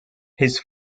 his